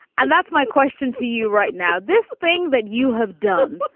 and that's my question to you right now, this thing. but you have done.